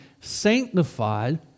sanctified